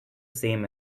same